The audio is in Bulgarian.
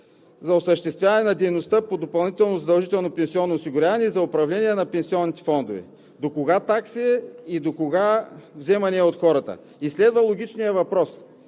за осъществяване на дейността по допълнителното задължително пенсионно осигуряване и за управлението на пенсионните фондове. Докога такси и докога вземания от хората? Следва логичният въпрос: